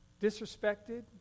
disrespected